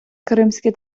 кримські